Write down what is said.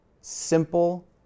simple